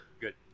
Good